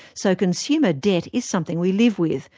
so consumer debt is something we live with,